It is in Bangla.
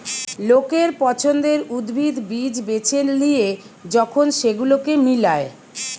লোকের পছন্দের উদ্ভিদ, বীজ বেছে লিয়ে যখন সেগুলোকে মিলায়